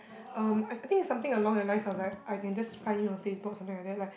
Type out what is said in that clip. um I I think it's something along the lines of like I can just find you on Facebook or something that like